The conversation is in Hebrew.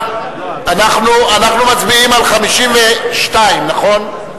אנחנו מצביעים על 52, נכון?